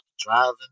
driving